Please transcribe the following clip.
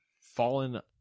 fallen